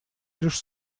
лишь